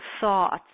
thoughts